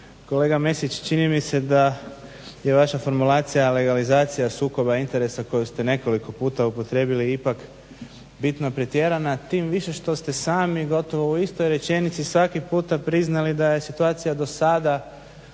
Kolega Mesić čini mi se da je vaša formulacija legalizacija sukoba interesa koju ste nekoliko puta upotrijebili ipak bitno pretjerana, tim više što ste sami gotovo u istoj rečenici svaki puta priznali da je situacija do sada